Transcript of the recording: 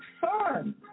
fun